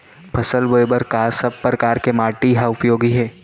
फसल बोए बर का सब परकार के माटी हा उपयोगी हे?